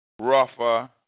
Rougher